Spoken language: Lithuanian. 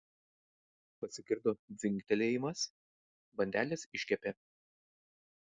pasigirdo dzingtelėjimas bandelės iškepė